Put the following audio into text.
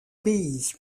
pays